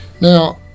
Now